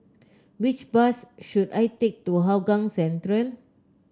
which bus should I take to Hougang Central